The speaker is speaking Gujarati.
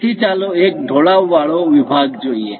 તેથી ચાલો એક ઢોળાવવાળો વિભાગ જોઈએ